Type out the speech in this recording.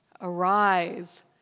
Arise